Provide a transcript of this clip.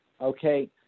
okay